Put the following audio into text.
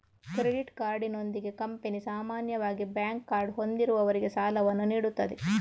credit ಕಾರ್ಡಿನೊಂದಿಗೆ company ಸಾಮಾನ್ಯವಾಗಿ bank card ಹೊಂದಿರುವವರಿಗೆ ಸಾಲವನ್ನು ನೀಡುತ್ತದೆ